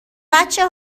بچه